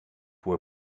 were